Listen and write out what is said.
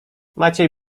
maciej